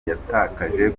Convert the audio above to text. yatakaje